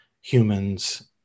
humans